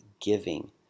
giving